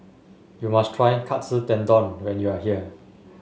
you must try Katsu Tendon when you are here